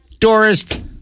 Tourist